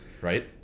Right